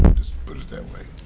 just put it that way.